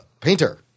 painter